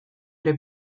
ere